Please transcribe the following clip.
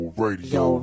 radio